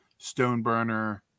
Stoneburner